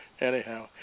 Anyhow